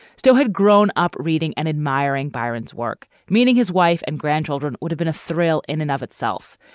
still had grown up reading and admiring byron's work, meaning his wife and grandchildren would have been a thrill in and of itself.